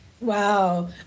Wow